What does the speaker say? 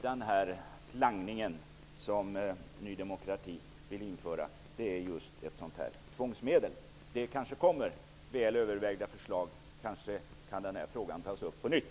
Den slangning som Ny demokrati vill införa är just ett tvångsmedel. Det kommer kanske väl övervägda förslag och då kan den här frågan kanske tas upp på nytt.